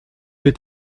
est